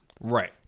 right